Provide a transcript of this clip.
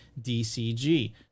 DCG